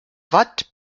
watt